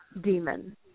demon